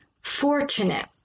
fortunate